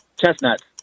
Chestnuts